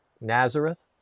Nazareth